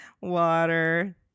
water